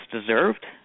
deserved